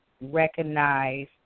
recognize